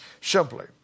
Simply